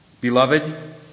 Beloved